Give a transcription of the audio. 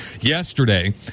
Yesterday